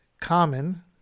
Common